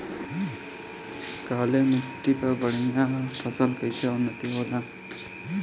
काली मिट्टी पर फसल बढ़िया उन्नत कैसे होला?